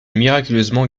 miraculeusement